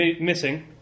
missing